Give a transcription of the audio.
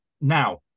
now